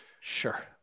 Sure